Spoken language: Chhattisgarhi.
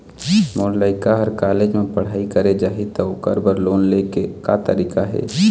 मोर लइका हर कॉलेज म पढ़ई करे जाही, त ओकर बर लोन ले के का तरीका हे?